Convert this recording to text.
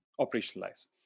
operationalize